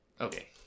Okay